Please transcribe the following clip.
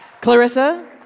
Clarissa